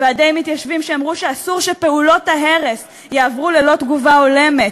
ועדי מתיישבים שאמרו שאסור שפעולות ההרס יעברו ללא תגובה הולמת,